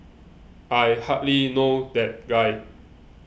I hardly know that guy